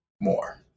more